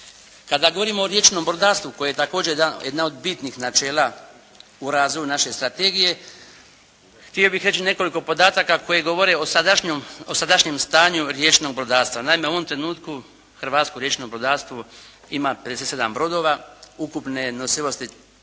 Kada govorimo o riječnom brodarstvu koje je također jedna od bitnih načela u razvoju naše strategije, htio bih reći nekoliko podataka koji govore o sadašnjem stanju riječnog brodarstva. Naime, u ovom trenutku hrvatsko riječno brodarstvo ima 57 brodova ukupne nosivosti